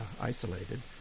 isolated